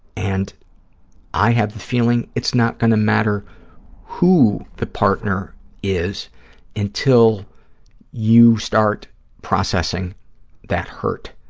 and i have the feeling it's not going to matter who the partner is until you start processing that hurt.